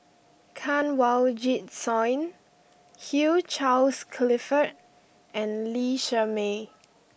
Kanwaljit Soin Hugh Charles Clifford and Lee Shermay